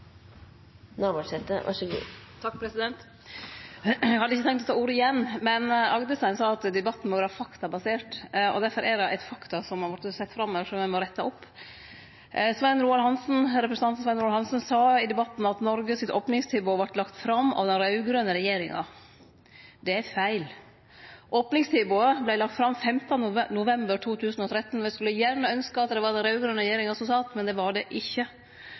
hadde ikkje tenkt å ta ordet igjen, men Agdestein sa at debatten må vere faktabasert, og difor er det ein faktafeil som har vorte sett fram her, som eg må rette opp. Representanten Svein Roald Hansen sa i debatten at Noreg sitt opningstilbod vart lagt fram av den raud-grøne regjeringa. Det er feil. Opningstilbodet vart lagt fram 15. november 2013. Eg skulle gjerne ynskt at det var den raud-grøne regjeringa som sat, men det var det ikkje.